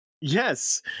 Yes